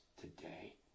today